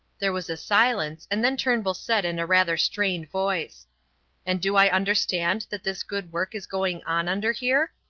there was a silence, and then turnbull said in a rather strained voice and do i understand that this good work is going on under here?